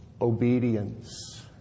obedience